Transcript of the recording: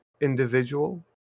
individual